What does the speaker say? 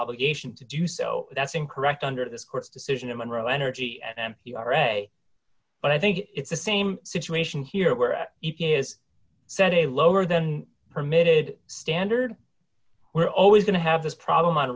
obligation to do so that's incorrect under this court's decision in monroe energy and we are a but i think it's the same situation here where e p a is set a lower than permitted standard we're always going to have this problem